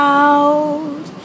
out